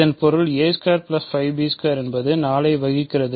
இதன் பொருள் என்பது 4 ஐ வகுக்கிறது